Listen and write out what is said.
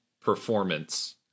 performance